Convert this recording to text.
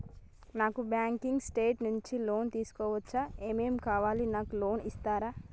నాకు banking sector నుంచి loan తీసుకోవచ్చా? ఏమేం కావాలి? నాకు లోన్ ఇస్తారా?